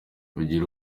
mugire